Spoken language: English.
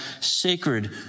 sacred